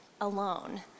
alone